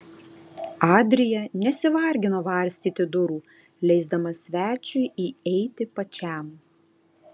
adrija nesivargino varstyti durų leisdama svečiui įeiti pačiam